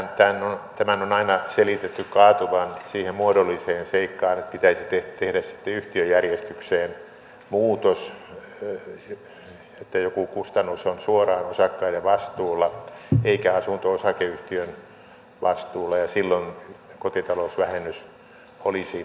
tämän on aina selitetty kaatuvan siihen muodolliseen seikkaan että pitäisi tehdä sitten yhtiöjärjestykseen muutos että joku kustannus on suoraan osakkaiden vastuulla eikä asunto osakeyhtiön vastuulla ja silloin kotitalousvähennys olisi mahdollinen